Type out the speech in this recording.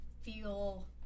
feel